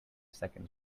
seconds